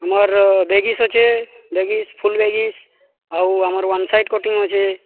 ମୋର ଲେଗିନ୍ସ ଅଛି leggings full leggings ଆଉ ଆମର ୱାନ୍ ସାଇଡ଼୍ କଟିଙ୍ଗ୍ ଅଛେ